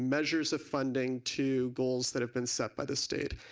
measures of funding to goals that have been set by the state,